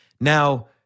Now